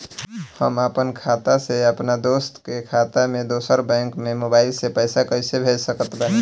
हम आपन खाता से अपना दोस्त के खाता मे दोसर बैंक मे मोबाइल से पैसा कैसे भेज सकत बानी?